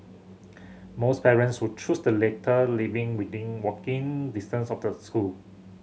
most parents who choose the latter living within walking distance of the school